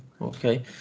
okay